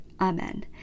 Amen